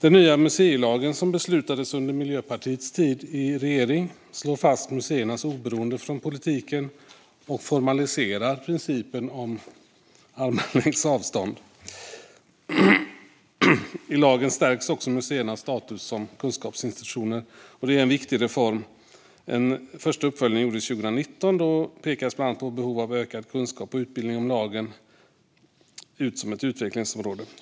Den nya museilagen, som beslutades under Miljöpartiets tid i regering, slår fast museernas oberoende från politiken och formaliserar principen om armlängds avstånd. I lagen stärks också museernas status som kunskapsinstitutioner. Detta var en viktig reform. En första uppföljning gjordes 2019. Då pekades bland annat behov av ökad kunskap och utbildning om lagen ut som ett utvecklingsområde.